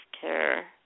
care